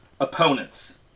opponents